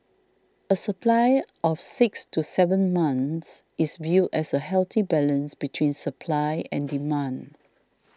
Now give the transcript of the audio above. a supply of six to seven months is viewed as a healthy balance between supply and demand